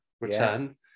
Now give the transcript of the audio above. return